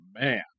man